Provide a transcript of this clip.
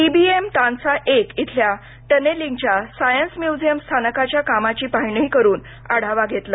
T B M Tansa एक इथल्या टनलिंगच्या सायन्स म्युझियम स्थानकाच्या कामाची पाहणी करून आढावा घेतला